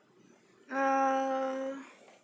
uh